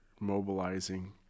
mobilizing